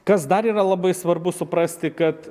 kas dar yra labai svarbu suprasti kad